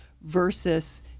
versus